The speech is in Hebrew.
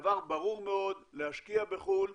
דבר ברור מאוד, להשקיע בחו"ל,